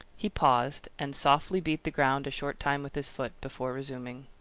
he paused, and softly beat the ground a short time with his foot, before resuming